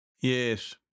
Yes